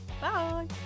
Bye